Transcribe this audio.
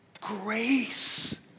grace